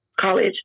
college